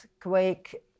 Quake